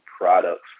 products